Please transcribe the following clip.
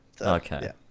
Okay